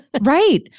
Right